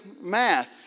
math